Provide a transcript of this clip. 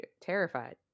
terrified